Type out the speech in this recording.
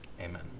amen